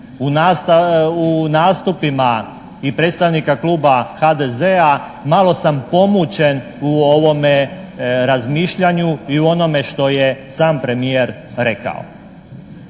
U nastupima i predstavnika kluba HDZ-a malo sam pomućen u ovome razmišljanju i u onome što je sam premijer rekao.